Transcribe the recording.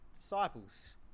disciples